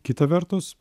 kita vertus